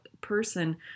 person